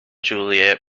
juliet